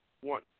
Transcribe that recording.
one